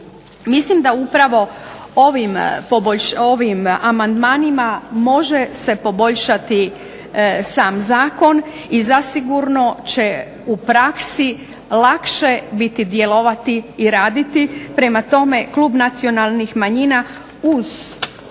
Mislim da upravo ovim amandmanima može se poboljšati sam zakon i zasigurno će u praksi lakše biti djelovati i raditi. Prema tome, Klub nacionalnih manjina uz